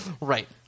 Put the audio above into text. Right